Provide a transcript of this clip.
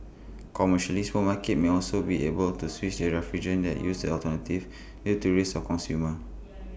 commercially supermarkets may also be able to switch refrigerant that use alternatives due to risks A consumers